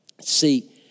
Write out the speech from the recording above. See